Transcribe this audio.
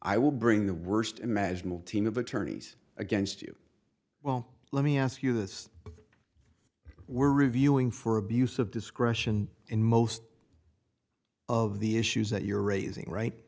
i will bring the worst imaginable team of attorneys against you well let me ask you this we're reviewing for abuse of discretion in most of the issues that you're raising right